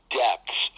depths